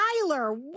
Tyler